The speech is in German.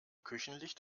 küchenlicht